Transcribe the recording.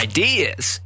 Ideas